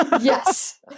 yes